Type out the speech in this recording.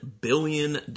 billion